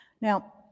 Now